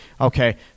Okay